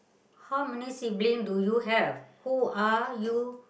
how many sibling do you have who are you